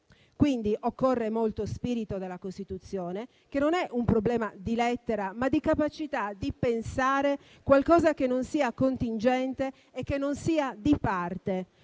Quindi, occorre molto spirito della Costituzione, che «non è un problema di lettera ma di capacità di pensare qualcosa che non sia contingente e che non sia di parte»,